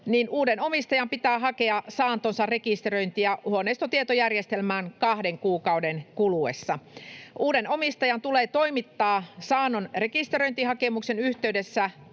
uuden omistajan pitää hakea saantonsa rekisteröintiä huoneistotietojärjestelmään kahden kuukauden kuluessa. Uuden omistajan tulee toimittaa saannon rekisteröintihakemuksen yhteydessä